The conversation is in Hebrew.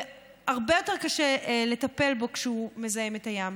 והרבה יותר קשה לטפל בו כשהוא מזהם את הים.